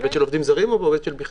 בהיבט של עובדים זרים או בכלל?